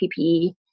PPE